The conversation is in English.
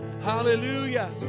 hallelujah